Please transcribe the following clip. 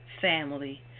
family